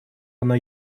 она